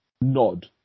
Nod